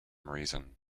reason